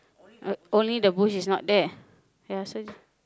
only the bush is not there ya so